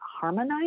harmonize